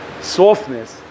softness